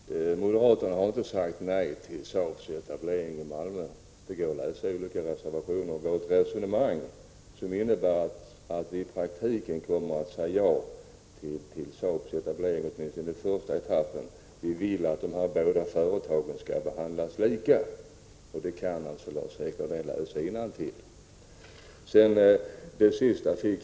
Herr talman! Moderaterna har inte sagt nej till Saabs etablering i Malmö — vårt resonemang på den punkten finns tillgängligt i olika reservationer. Det innebär att vi i praktiken kommer att säga ja till Saabs etablering, åtminstone i första etappen. Vi vill att de båda företagen skall behandlas lika. Det beskedet får Lars-Erik Lövdén om han läser innantill i våra reservationer.